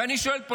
ואני שואל פה,